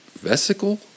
vesicle